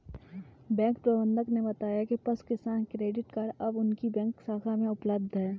bank प्रबंधक ने बताया पशु किसान क्रेडिट कार्ड अब उनकी बैंक शाखा में उपलब्ध है